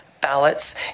ballots